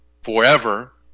forever